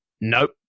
nope